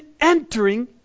entering